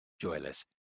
joyless